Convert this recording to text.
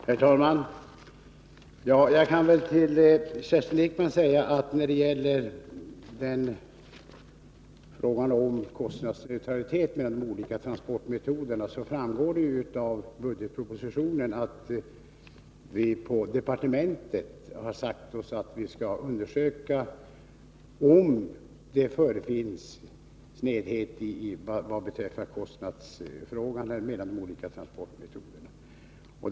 Herr talman! Jag kan säga till Kerstin Ekman att när det gäller frågan om kostnadsneutralitet mellan olika transportmetoder framgår det av budgetpropositionen att vi på departementet skall undersöka om det förefinns snedhet vad beträffar kostnadsförhållandena mellan olika transportmetoder.